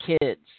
kids